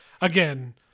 Again